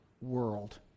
world